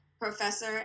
professor